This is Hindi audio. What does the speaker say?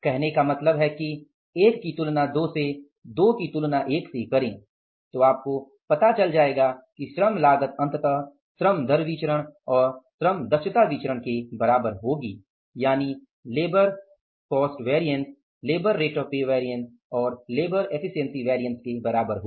कहने का मतलब है कि एक की तुलना दो से दो की तुलना एक से करें तो आपको पता चलेगा कि श्रम लागत अंततः श्रम दर विचरण या श्रम दक्षता विचरण के बराबर होगी या इसके विपरीत